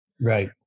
right